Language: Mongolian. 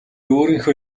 өөрийнхөө